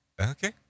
Okay